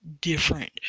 different